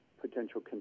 potential